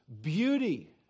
beauty